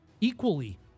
equally